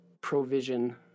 provision